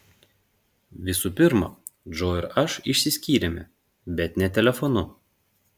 visų pirma džo ir aš išsiskyrėme bet ne telefonu